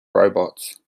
robots